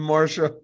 Marsha